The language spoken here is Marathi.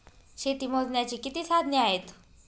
शेती मोजण्याची किती साधने आहेत?